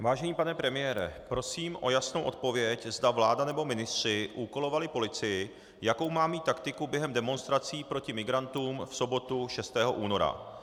Vážený pane premiére, prosím o jasnou odpověď, zda vláda nebo ministři úkolovali policii, jakou má mít taktiku během demonstrací proti migrantům v sobotu 6. února.